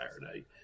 Saturday